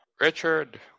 Richard